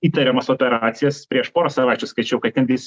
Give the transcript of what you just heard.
įtariamas operacijas prieš porą savaičių skaičiau kad ten tais